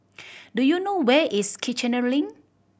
do you know where is Kiichener Link